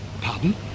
Pardon